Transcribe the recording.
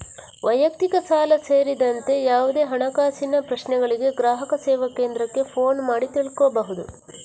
ವೈಯಕ್ತಿಕ ಸಾಲ ಸೇರಿದಂತೆ ಯಾವುದೇ ಹಣಕಾಸಿನ ಪ್ರಶ್ನೆಗಳಿಗೆ ಗ್ರಾಹಕ ಸೇವಾ ಕೇಂದ್ರಕ್ಕೆ ಫೋನು ಮಾಡಿ ತಿಳ್ಕೋಬಹುದು